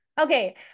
Okay